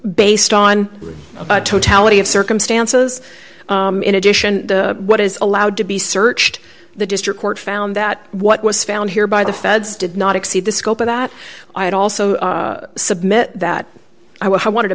based on the totality of circumstances in addition and what is allowed to be searched the district court found that what was found here by the feds did not exceed the scope of that i had also submit that i wanted to